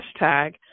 hashtag